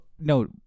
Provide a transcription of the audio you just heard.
No